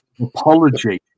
apology